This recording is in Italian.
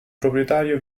proprietario